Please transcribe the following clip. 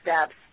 steps